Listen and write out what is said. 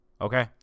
Okay